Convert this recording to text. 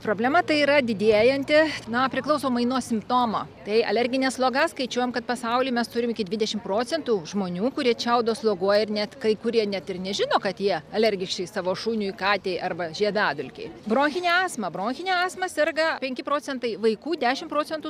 problema tai yra didėjanti na priklausomai nuo simptomo tai alerginė sloga skaičiuojam kad pasauly mes turim iki dvidešim procentų žmonių kurie čiaudio sloguoja ir net kai kurie net ir nežino kad jie alergiški savo šuniui katei arba žiedadulkei bronchinė astma bronchine astma serga penki procentai vaikų dešim procentų